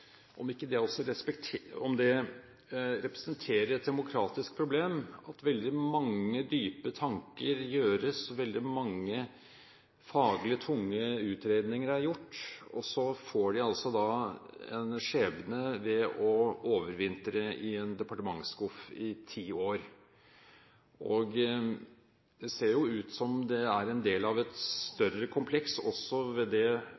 om det representerer et demokratisk problem at veldig mange dype tanker gjøres, veldig mange faglig tunge utredninger er gjort, og så får de altså den skjebne å overvintre i en departementsskuff i ti år. Det ser ut som det er en del av et større kompleks også ved det